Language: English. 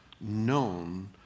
known